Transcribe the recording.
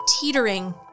teetering